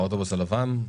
או האוטובוס הלבן?